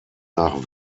nach